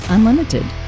Unlimited